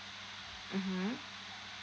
mmhmm